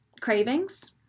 cravings